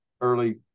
early